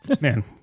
man